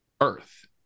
earth